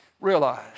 realize